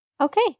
Okay